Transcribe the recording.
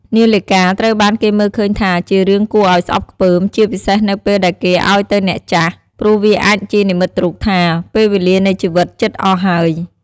នាឡិកាត្រូវបានគេមើលឃើញថាជារឿងគួរឲ្យស្អប់ខ្ពើម ជាពិសេសនៅពេលដែលគេឲ្យទៅអ្នកចាស់ ព្រោះវាអាចជានិមិត្តរូបថា ពេលវេលានៃជីវិតជិតអស់ហើយ។